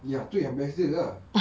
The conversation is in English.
ya tu yang best dia ah